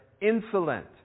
insolent